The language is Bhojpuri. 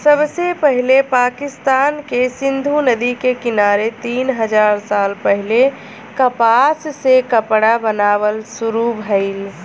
सबसे पहिले पाकिस्तान के सिंधु नदी के किनारे तीन हजार साल पहिले कपास से कपड़ा बनावल शुरू भइल